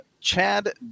Chad